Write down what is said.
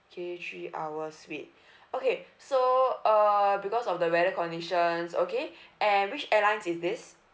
okay three hours wait okay so uh because of the weather conditions okay and which airlines is this